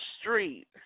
street